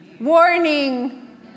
warning